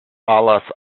alas